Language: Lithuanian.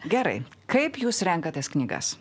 gerai kaip jūs renkatės knygas